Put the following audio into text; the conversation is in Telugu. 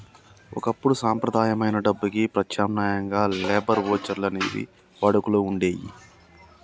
ఒకప్పుడు సంప్రదాయమైన డబ్బుకి ప్రత్యామ్నాయంగా లేబర్ వోచర్లు అనేవి వాడుకలో వుండేయ్యి